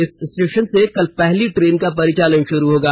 इस स्टेशन से कल पहली ट्रेन का परिचालन श्रू होगा